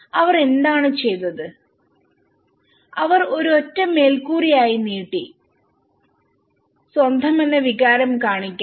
അതിനാൽ അവർ എന്താണ് ചെയ്തത് അവർ ഒരു ഒറ്റ മേൽക്കൂരയായി നീട്ടി സ്വന്തമെന്ന വികാരം കാണിക്കാൻ